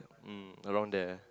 um around there